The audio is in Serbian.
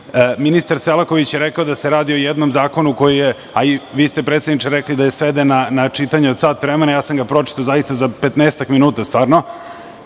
Ministar Selaković je rekao da se radi o jednom zakonu koji je, a i vi ste predsedniče rekli da je sveden na čitanje od sat vremena. Pročitao sam ga, zaista za petnaestak minuta, stvarno,